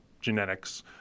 genetics